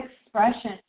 expression